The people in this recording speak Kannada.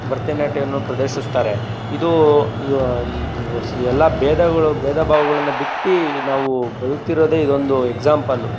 ಭರತನಾಟ್ಯವನ್ನು ಪ್ರದರ್ಶಿಸ್ತಾರೆ ಇದು ಇವು ಇವೆಲ್ಲ ಭೇದಗಳು ಭೇದ ಭಾವಗಳನ್ನು ಬಿಟ್ಟು ನಾವು ಬದುಕ್ತಿರೋದೇ ಇದೊಂದು ಎಕ್ಸಾಂಪಲ್ಲು